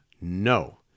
no